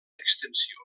extensió